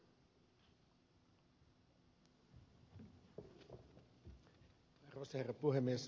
arvoisa herra puhemies